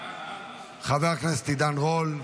חבר הכנסת עידן רול,